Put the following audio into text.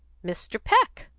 mr. peck.